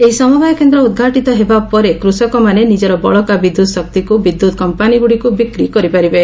ଏହି ସମବାୟ କେନ୍ଦ୍ର ଉଦ୍ଘାଟିତ ହେବା ପରେ କୃଷକମାନେ ନିଜର ବଳକା ବିଦ୍ୟୁତ୍ ଶକ୍ତିକୁ ବିଦ୍ୟୁତ୍ କମ୍ପାନୀଗୁଡ଼ିକୁ ବିକ୍ରି କରିପାରିବେ